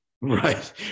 Right